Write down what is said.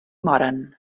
moren